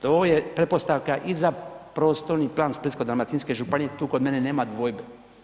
To je pretpostavka i za prostorni plan Splitsko-dalmatinske županije, tu kod mene nema dvojbe.